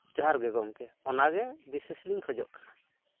ᱡᱚᱦᱟᱨ ᱜᱮ ᱜᱚᱢᱠᱮ ᱚᱱᱟ ᱜᱮ ᱵᱤᱥᱮᱥᱞᱤᱧ ᱠᱷᱚᱡᱚᱜ ᱠᱟᱱᱟ